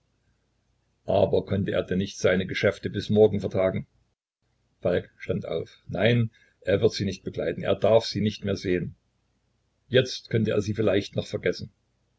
aber konnte er denn nicht seine geschäfte bis morgen vertagen falk stand auf nein er wird sie nicht begleiten er darf sie nicht mehr sehen jetzt könnte er sie noch vielleicht vergessen